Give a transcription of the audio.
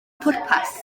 pwrpas